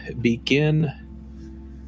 begin